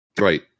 Right